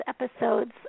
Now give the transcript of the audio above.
episodes